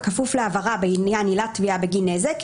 בכפוף להעברה בעניין עילת תביעה בגין נזק,